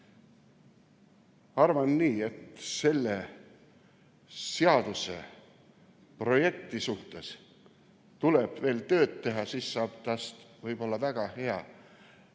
arvan, et selle seaduseprojektiga tuleb veel tööd teha, siis saab sellest võib olla väga hea